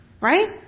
right